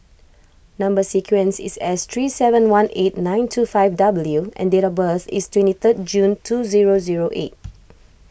Number Sequence is S three seven one eight nine two five W and date of birth is twenty third June two zero zero eight